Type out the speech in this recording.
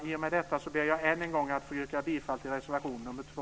I och med detta ber jag än en gång att få yrka bifall till reservation nr 2.